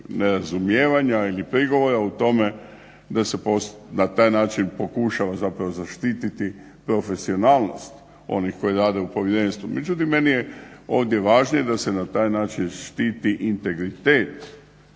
nerazumijevanja ili prigovora u tome da se na taj način pokušava zapravo zaštititi profesionalnost onih koji rade u Povjerenstvu. Međutim, meni je ovdje važnije da se na taj način štiti integritet